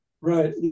Right